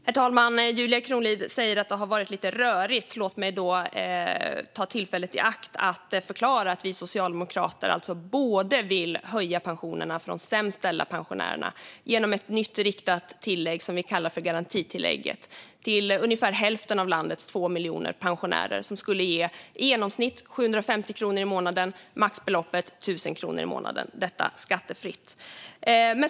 Herr talman! Julia Kronlid säger att det har varit lite rörigt. Låt mig då ta tillfället i akt och förklara att vi socialdemokrater vill höja pensionerna för de sämst ställda pensionärerna genom ett nytt riktat tillägg, som vi kallar garantitillägget, till ungefär hälften av landets ungefär 2 miljoner pensionärer. Det skulle ge i genomsnitt 750 kronor i månaden och ett maxbelopp på 1 000 kronor i månaden skattefritt.